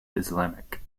islamic